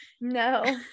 no